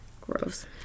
gross